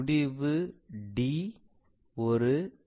முடிவு D ஒரு V